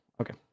okay